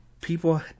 People